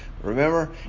remember